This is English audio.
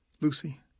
Lucy